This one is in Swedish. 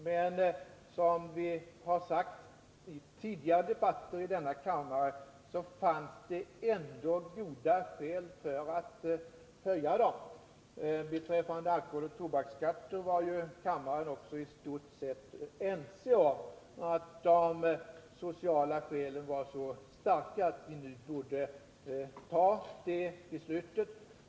Men som vi sagt i tidigare debatter i denna kammare har det ändå funnits goda skäl för att höja dem. Beträffande alkoholoch tobaksskatten var kammaren också i stort sett ense om att de sociala skälen var så starka att vi då borde besluta om en höjning.